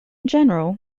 general